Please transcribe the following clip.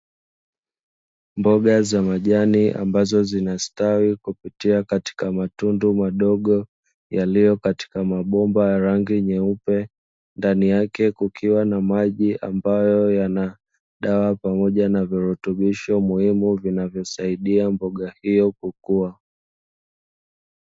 Mboga za majani ambazo zinasitawi kupitia katika matundu madogo, yaliyo katika mabomba ya rangi nyeupe, ndani yake kukiwa na maji ambayo yana dawa, pamoja na virutubisho muhimu vinavyosadia mboga hiyo kukua.